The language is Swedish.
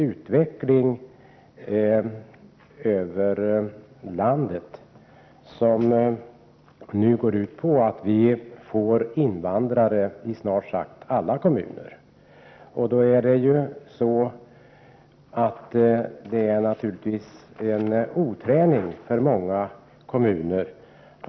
Utvecklingen är nu sådan att det kommer invandrare till snart sagt alla kommuner i landet, och många kommuner saknar naturligtvis erfarenhet på detta område.